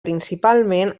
principalment